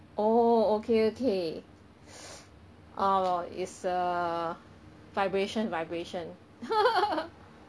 oh okay okay uh it's a vibration vibration